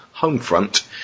Homefront